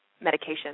medication